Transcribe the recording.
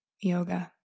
yoga